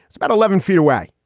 it's about eleven feet away.